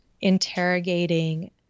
interrogating